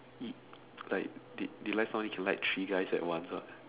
he like they they last time used to like three guys at once ah